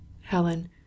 Helen